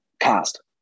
cast